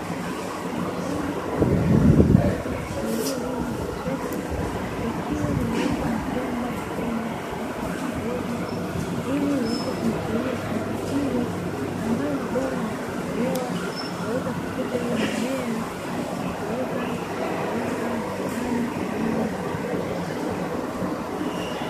Shamba kubwa la kisasa lililolimwa na trekta, likiwa limewekwa mabombamabomba katika mifereji ili iweze kumwagilia shamba hilo, ambapo mabomba hutobolewa kuweza kukuza hiyo mimea na kuweza kuipeleka viwandani kwa ajili ya uchakataji.